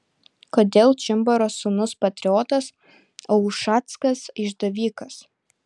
kodėl čimbaro sūnus patriotas o ušackas išdavikas